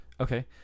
Okay